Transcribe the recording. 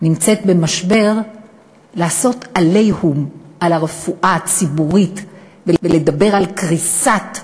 במשבר לעשות "עליהום" על הרפואה הציבורית ולדבר על קריסת מערכות.